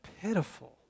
pitiful